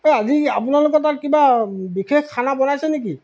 এই আজি আপোনালোকৰ তাত কিবা বিশেষ খানা বনাইছে নেকি